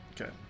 Okay